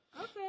Okay